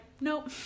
nope